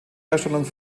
herstellung